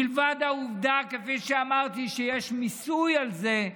מלבד העובדה, כפי שאמרתי, שיש מיסוי של זה,